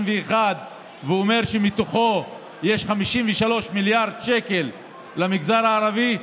ואומר שמתוכו יש 53 מיליארד שקל למגזר הערבי,